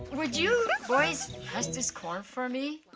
would you buys husk this corn for me?